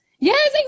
Yes